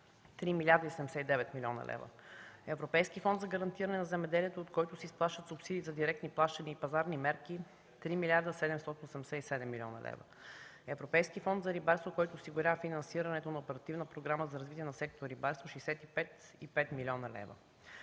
3 млрд. 79 млн. лв.; Европейски фонд за гарантиране на земеделието, от които се изплащат субсидии за директни плащания и пазарни мерки – 3 млрд. 787 млн. лв.; Европейски фонд за рибарство, който осигурява финансирането на Оперативна програма за развитие на сектор „Рибарство” – 65,5 млн. лв.;